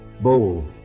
Bold